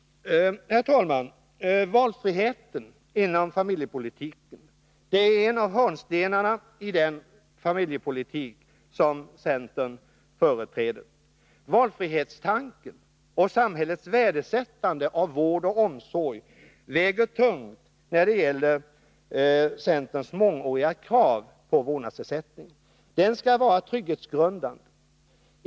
Herr talman! Valfriheten är en av hörnstenarna i den familjepolitik som centern företräder. Valfrihetstanken och samhällets värdesättande av vård och omsorg väger tungt när det gäller centerns mångåriga krav på vårdnadsersättning. Denna skall vara trygghetsgrundande.